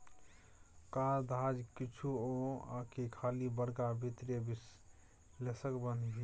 काज धाज किछु छौ आकि खाली बड़का वित्तीय विश्लेषक बनभी